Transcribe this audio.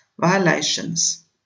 violations